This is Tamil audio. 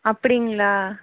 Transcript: அப்படிங்களா